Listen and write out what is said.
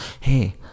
hey